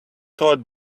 thought